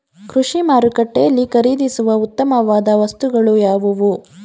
ಕೃಷಿ ಮಾರುಕಟ್ಟೆಯಲ್ಲಿ ಖರೀದಿಸುವ ಉತ್ತಮವಾದ ವಸ್ತುಗಳು ಯಾವುವು?